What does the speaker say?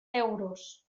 euros